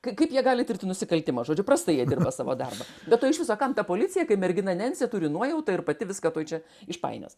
k kaip jie gali tirti nusikaltimą žodžiu prastai jie dirba savo darbą be to iš viso kam ta policija kai mergina nencė turi nuojautą ir pati viską tuoj čia išpainios